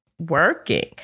working